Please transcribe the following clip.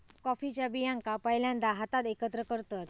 कॉफीच्या बियांका पहिल्यांदा हातात एकत्र करतत